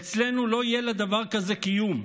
אצלנו לא יהיה לדבר כזה קיום.